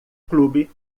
clube